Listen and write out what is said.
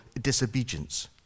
disobedience